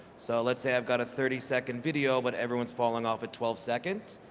so let's say i've got a thirty second video but everyone's falling off at twelve seconds,